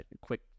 quick